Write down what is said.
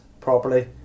properly